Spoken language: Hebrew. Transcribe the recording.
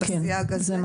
בסייג הזה?